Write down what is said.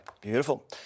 Beautiful